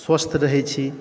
स्वस्थ्य रहै छी